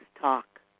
talk